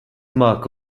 mark